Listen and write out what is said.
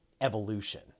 evolution